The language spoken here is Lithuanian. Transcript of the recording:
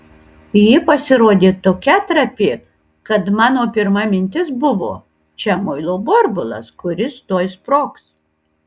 ji pasirodė tokia trapi kad mano pirma mintis buvo čia muilo burbulas kuris tuoj sprogs